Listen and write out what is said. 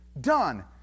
Done